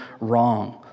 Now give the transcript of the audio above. wrong